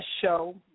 show